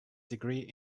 degree